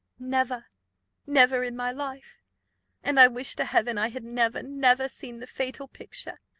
never never in my life and i wish to heaven i had never, never seen the fatal picture!